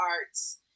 arts